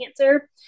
cancer